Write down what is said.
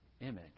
image